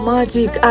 Magic